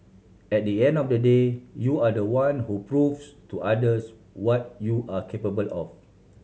at the end of the day you are the one who proves to others what you are capable of